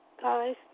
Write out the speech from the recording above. Guys